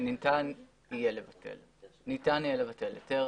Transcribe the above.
שניתן יהיה לבטל היתר.